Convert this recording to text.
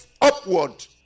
upward